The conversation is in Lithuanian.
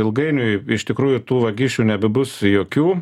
ilgainiui iš tikrųjų tų vagysčių nebebus jokių